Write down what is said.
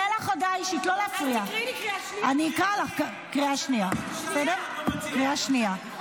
במשמרת שלך הייתה הגירה שלילית.